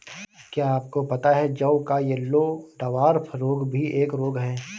क्या आपको पता है जौ का येल्लो डवार्फ रोग भी एक रोग है?